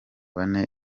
bane